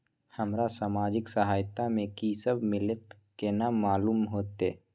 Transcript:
हमरा सामाजिक सहायता में की सब मिलते केना मालूम होते?